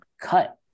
cut